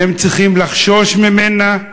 הם צריכים לחשוש ממנה.